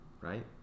right